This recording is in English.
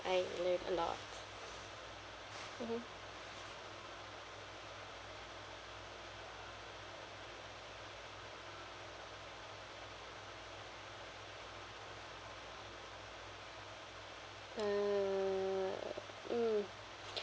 I like I'm not mmhmm err mm